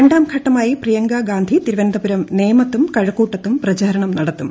രണ്ടാം ഘട്ടമായി പ്രിയങ്കാഗാന്ധി തിരുവനന്തപുരം നേമത്തും കഴക്കൂട്ടത്തും പ്രചാരണം നടത്തും